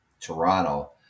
Toronto